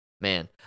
man